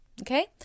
okay